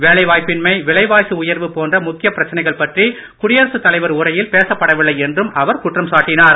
வேலை வாய்ப்பின்மை விலைவாசி உயர்வு போன்ற முக்கிய பிரச்சனைகள் பற்றி குடியரசு தலைவர் உரையில் பேசப்படவில்லை என்றும் அவர் குற்றம் சாட்டினார்